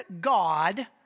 God